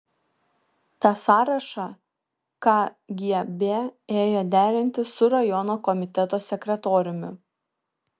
tą sąrašą kgb ėjo derinti su rajono komiteto sekretoriumi